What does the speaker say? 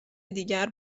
دیگر